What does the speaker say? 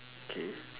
okay